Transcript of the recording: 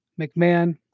McMahon